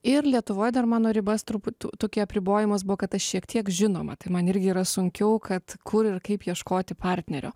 ir lietuvoje dar mano ribas truputį tokie apribojimas buvo kad aš šiek tiek žinoma tai man irgi yra sunkiau kad kur ir kaip ieškoti partnerio